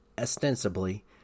ostensibly